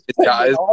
guys